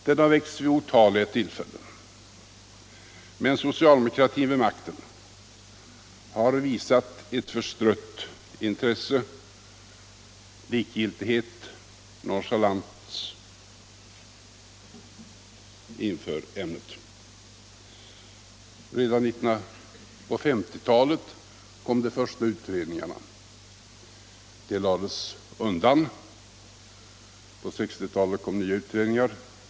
Den har väckts vid otaliga tillfällen, men socialdemokratin vid makten har visat ett förstrött intresse, likgiltighet, nonchalans inför ämnet. Redan på 1950-talet kom de första utredningarna. De lades undan. På 1960-talet kom nya utredningar.